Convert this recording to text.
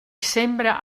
sembra